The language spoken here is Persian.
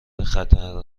خطر